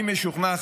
אני משוכנע,